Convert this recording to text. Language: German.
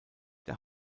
der